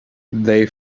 they